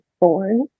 born